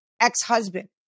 ex-husband